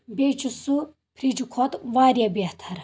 بییٚہِ چھُ سُہ فرِج کھۄتہٕ واریاہ بہتر